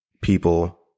people